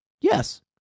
yes